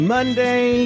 Monday